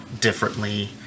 differently